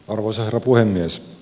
arvoisa herra puhemies